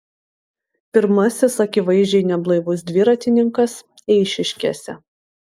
pirmasis akivaizdžiai neblaivus dviratininkas eišiškėse